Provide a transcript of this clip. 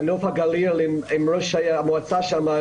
בנוף הגליל עם ראש המועצה שם,